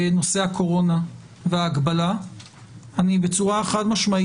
עקבותיו אין הגבלה על מספר הנוכחים בחדרי הדיונים.